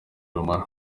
rumara